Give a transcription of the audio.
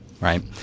right